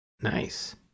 Nice